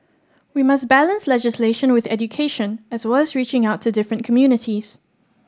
we must balance legislation with education as well as reaching out to different communities